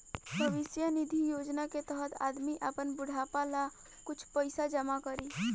भविष्य निधि योजना के तहत आदमी आपन बुढ़ापा ला कुछ पइसा जमा करी